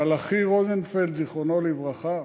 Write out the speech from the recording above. מלאכי רוזנפלד, זיכרונו לברכה.